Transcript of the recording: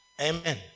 Amen